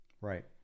Right